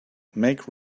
make